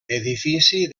edifici